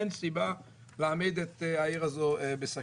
אין סיבה להעמיד את העיר הזו בסכנה.